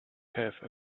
have